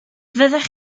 fyddech